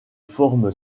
forme